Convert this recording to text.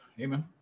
amen